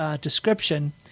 description